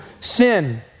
sin